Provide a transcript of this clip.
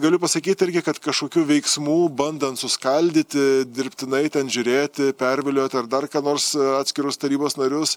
galiu pasakyt irgi kad kažkokių veiksmų bandant suskaldyti dirbtinai ten žiūrėti pervilioti ar dar ką nors atskirus tarybos narius